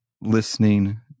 listening